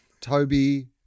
Toby